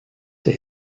der